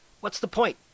what's-the-point